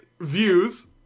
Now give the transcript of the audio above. views